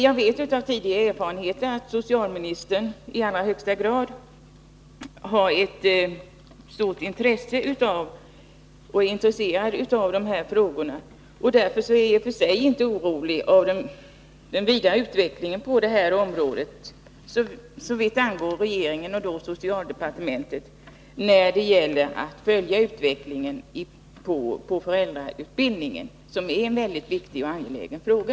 Jag vet av tidigare erfarenheter att socialministern är mycket intresserad av dessa frågor, och därför är jag i och för sig inte orolig för den vidare utvecklingen på detta område. Socialdepartementet kommer säkerligen att följa utvecklingen av föräldrautbildningen, som är en viktig och angelägen fråga.